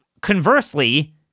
conversely